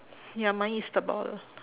ya mine is the ball